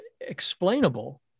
explainable